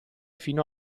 fino